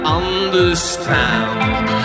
understand